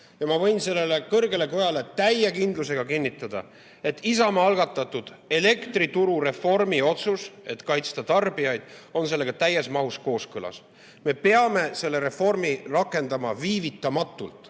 Ma võin sellele kõrgele kojale täie kindlusega kinnitada, et Isamaa algatatud elektrituru reformi otsuse eelnõu, et kaitsta tarbijaid, on sellega täies mahus kooskõlas. Me peame selle reformi rakendama viivitamatult.